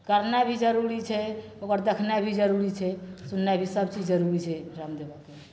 करनाइ भी जरूरी छै ओकर देखनाइ भी जरूरी छै सुननाइ भी सबचीज जरूरी छै रामदेव बाबाके